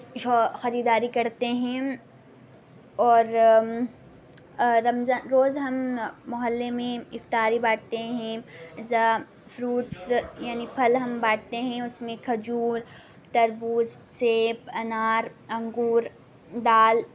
جو خریداری کرتے ہیں اور رمضان روز ہم محلے میں افطاری بانٹتے ہیں زا فروٹس یعنی پھل ہم بانٹتے ہیں اس میں کھجور تربوز سیب انار انگور دال